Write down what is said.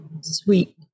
sweet